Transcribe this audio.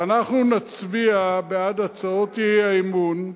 ואנחנו נצביע בעד הצעות האי-אמון,